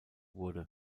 wurde